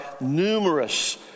numerous